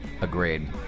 Agreed